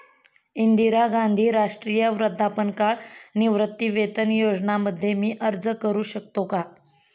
इंदिरा गांधी राष्ट्रीय वृद्धापकाळ निवृत्तीवेतन योजना मध्ये मी अर्ज का करू शकतो का?